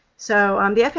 so, um the faa,